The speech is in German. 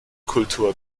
kultur